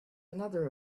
another